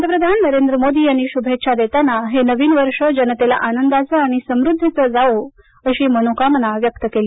पंतप्रधान नरेंद्र मोदी यांनी शुभेच्छा देताना हे नवीन वर्ष जनतेला आनंदाचं आणि समृद्धीचं जावो अशी मनोकामना व्यक्त केली